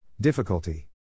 Difficulty